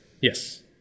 Yes